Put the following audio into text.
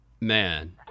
Man